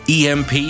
EMP